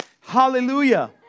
Hallelujah